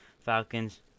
falcons